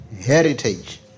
heritage